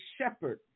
shepherd